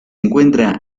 encuentra